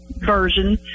version